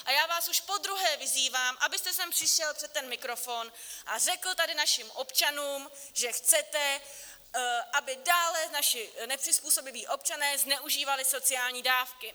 A já vás už podruhé vyzývám, abyste sem přišel před ten mikrofon a řekl tady našim občanům, že chcete, aby dále naši nepřizpůsobiví občané zneužívali sociální dávky.